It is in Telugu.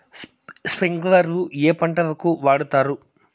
స్ప్రింక్లర్లు ఏ పంటలకు వాడుతారు?